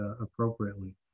appropriately